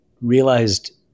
realized